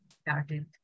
started